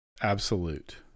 absolute